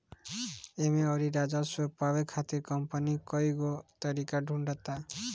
एमे अउरी राजस्व पावे खातिर कंपनी कईगो तरीका ढूंढ़ता